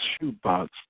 shoebox